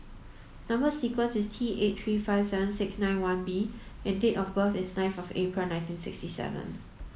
number sequence is T eight three five seven six nine one B and date of birth is ninth April nineteen sixty seven